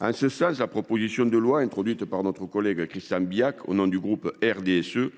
En ce sens, la proposition de loi, présentée par notre collègue Christian Bilhac au nom du groupe du RDSE,